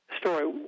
story